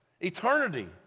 Eternity